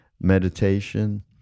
meditation